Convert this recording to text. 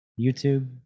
YouTube